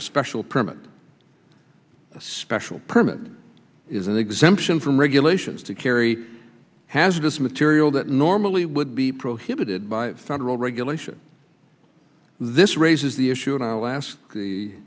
a special permit a special permit is an exemption from regulations to carry hazardous material that normally would be prohibited by federal regulation this raises the issue and i'll ask the